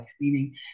Meaning